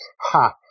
ha